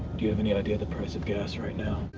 do you have any idea the price of gas right now?